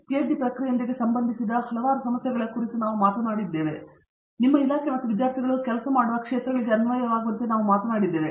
PhD ಪ್ರಕ್ರಿಯೆಯೊಂದಿಗೆ ಸಂಬಂಧಿಸಿದ ಹಲವಾರು ಸಮಸ್ಯೆಗಳ ಕುರಿತು ನಾವು ಮಾತನಾಡಿದ್ದೇವೆ ಮತ್ತು ನಿಮ್ಮ ಇಲಾಖೆ ಮತ್ತು ವಿದ್ಯಾರ್ಥಿಗಳು ಕೆಲಸ ಮಾಡುವ ಪ್ರದೇಶಗಳಿಗೆ ಅನ್ವಯವಾಗುವಂತೆ ನಾವು ಮಾತನಾಡಿದ್ದೇವೆ